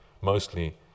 mostly